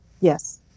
Yes